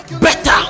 better